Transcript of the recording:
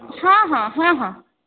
ହଁ ହଁ ହଁ ହଁ